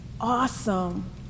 Awesome